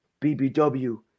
BBW